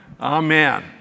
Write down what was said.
Amen